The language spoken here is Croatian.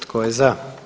Tko je za?